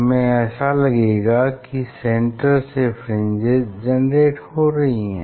हमें ऐसा लगेगा कि सेन्टर से फ्रिंजेस जेनरेट हो रही हैं